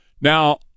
now